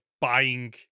buying